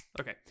Okay